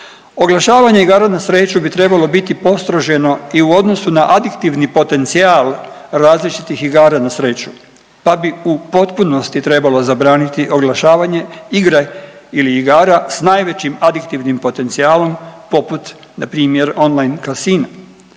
Oglašavanje igara na sreću bi trebalo biti postroženo i u odnosu na adiktivni potencijal različitih igara na sreću, pa bi u potpunosti trebalo zabraniti oglašavanje igre ili igara sa najvećim adiktivnim potencijalom poput na primjer on-line casina,